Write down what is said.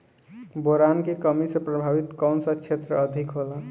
Boron के कमी से प्रभावित कौन सा क्षेत्र अधिक होला?